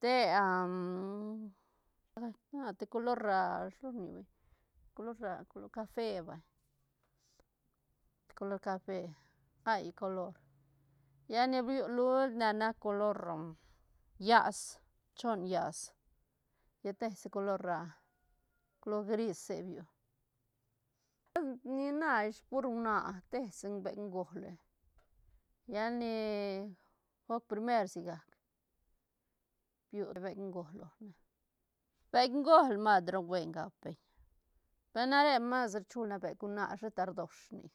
te la gac ah te color shi lo rni beñ color color cafe vay te color cafe gai color lla ni biu luult na nac color llas choon llas lla te si color color grise biu, ni na ish pur huana tesi beuk göle lla ni guc primer sigac biu beuk ngöl lone beuk göl mas ru buen gap beñ per na re mas ru chul nac beuk huana sheta rdosh nic